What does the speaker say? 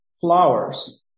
flowers